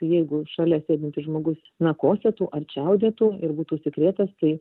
jeigu šalia sėdintis žmogus na kosėtų ar čiaudėtų ir būtų užsikrėtęs tai